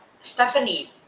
stephanie